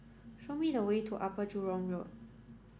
show me the way to Upper Jurong Road